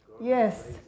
Yes